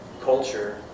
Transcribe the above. culture